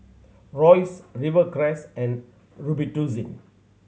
Royce Rivercrest and Robitussin